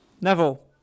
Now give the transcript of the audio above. neville